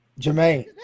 Jermaine